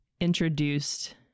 introduced